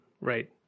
right